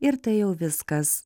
ir tai jau viskas